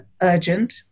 urgent